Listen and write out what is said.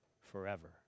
forever